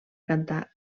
cantar